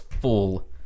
full